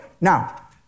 Now